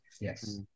Yes